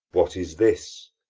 what is this?